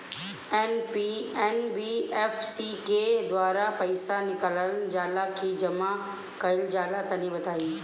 NBFC के द्वारा पईसा निकालल जला की जमा कइल जला तनि बताई?